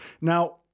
Now